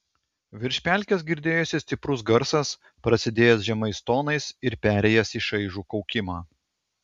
virš pelkės girdėjosi stiprus garsas prasidėjęs žemais tonais ir perėjęs į šaižų kaukimą